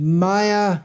maya